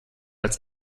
als